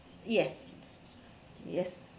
yes yes